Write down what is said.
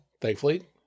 thankfully